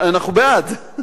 אנחנו בעד.